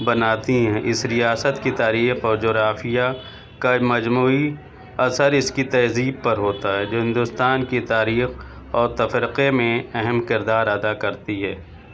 بناتی ہیں اس ریاست کی تاریخ اور جغرافیہ کا مجموعی اثر اس کی تہذیب پر ہوتا ہے جو ہندوستان کی تاریخ اور تفرقہ میں اہم کردار ادا کرتی ہے